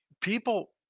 people